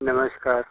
नमस्कार